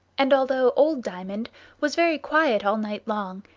and although old diamond was very quiet all night long,